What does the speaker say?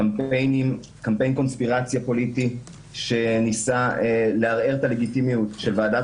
קמפיין קונספירציה פוליטי שניסה לערער את הלגיטימיות של ועדת